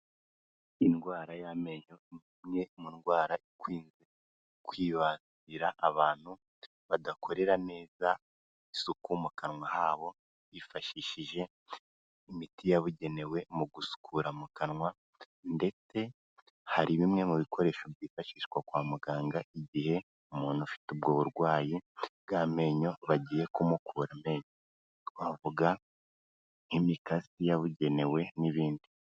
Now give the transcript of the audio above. Indwara y'amenyo, ni imwe mu ndwara ikunze kwibasira abantu badakorera neza isuku mu kanwa habo bifashishije imiti yabugenewe mu gusukura mu kanwa, ndetse hari bimwe mu bikoresho byifashishwa kwa muganga igihe umuntu ufite ubwo burwayi bw'amenyo bagiye kumukura amenyo, twavuga nk'imikasi yabugenewe n'ibindi.